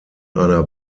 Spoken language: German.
einer